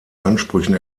ansprüchen